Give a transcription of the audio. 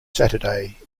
saturday